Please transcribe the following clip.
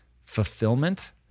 fulfillment